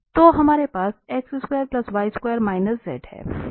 तो हमारे पास है